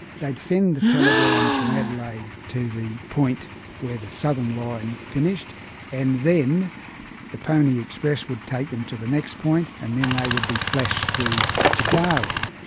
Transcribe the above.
they'd send the telegrams from adelaide to the point where the southern line finished and then the pony express would take them to the next point and then they would be flashed through to darwin.